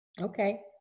Okay